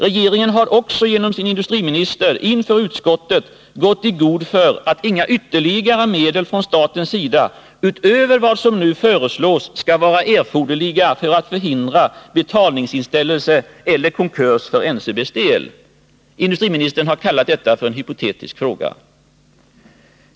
Regeringen har också genom sin industriminister inför utskottet gått i god för att inga ytterligare medel från statens sida utöver vad som nu föreslås skall vara erforderliga för att förhindra betalningsinställelse eller konkurs för NCB:s del. Industriministern har kallat detta för en hypotetisk fråga.